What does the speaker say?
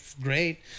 great